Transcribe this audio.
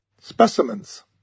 specimens